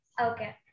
Okay